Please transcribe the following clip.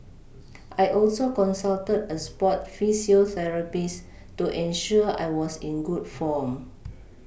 I also consulted a sport physiotherapist to ensure I was in good form